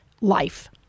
life